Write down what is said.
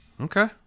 Okay